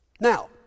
Now